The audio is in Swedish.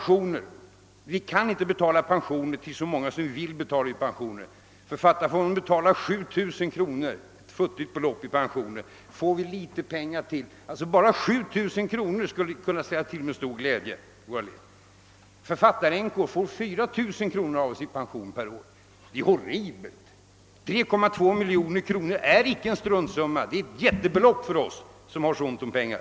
Vi kan t.ex. inte betala pensioner till så många som vi skulle vilja betala ut pensioner till. Författarfonden betalar 7000 kronor — ett futtigt belopp — i pension. Och bara några pensionsrum till på 7000 kronor skulle kunna åstadkomma stor glädje i våra led. — Författaränkor får 4000 kronor av oss i pension per år. Det är horribelt lågt. 3,2 miljoner kronor är icke en struntsumma — det är ett jättebelopp för Författarfonden som har så ont om pengar.